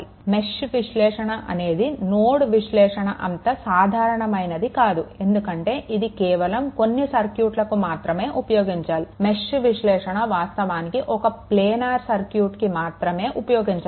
mesh విశ్లేషణ అనేది nodal విశ్లేషణ అంత సాధారణమైనది కాదు ఎందుకంటే ఇది కేవలం కొన్ని సర్క్యూట్లకు మాత్రమే ఉపయోగించాలి మెష్ విశ్లేషణ వాస్తవానికి కేవలం ఒక ప్లానర్ సర్క్యూట్లకి మాత్రమే ఉపయోగించవచ్చు